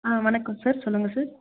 ஆ வணக்கம் சார் சொல்லுங்கள் சார்